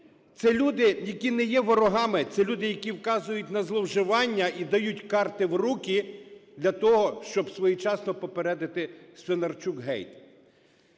Це люди, які не є ворогами, це люди, які вказують на зловживання і дають карти в руки для того, щоб своєчасно попередити "свинарчукгейт".